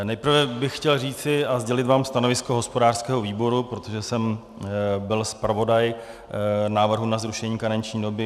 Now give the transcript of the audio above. Nejprve bych chtěl říci a sdělit vám stanovisko hospodářského výboru, protože jsem byl zpravodaj návrhu na zrušení karenční doby.